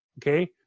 Okay